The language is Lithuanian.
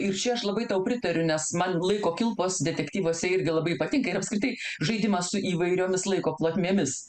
ir čia aš labai tau pritariu nes man laiko kilpos detektyvuose irgi labai patinka ir apskritai žaidimas su įvairiomis laiko plotmėmis